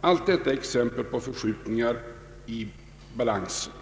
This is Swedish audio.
Allt detta är exempel på förskjutningar i maktbalansen.